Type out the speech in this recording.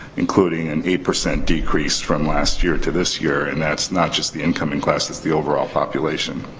including an eight percent decrease from last year to this year. and that's not just the incoming class. that's the overall population.